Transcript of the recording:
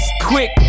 Quick